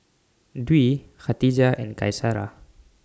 Dwi Khatijah and Qaisara